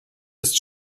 ist